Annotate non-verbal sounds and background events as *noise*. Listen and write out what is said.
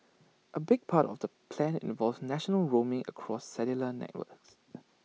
A big part of the plan involves national roaming across cellular networks *noise*